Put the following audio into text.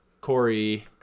Corey